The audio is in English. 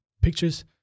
pictures